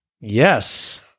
Yes